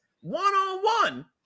one-on-one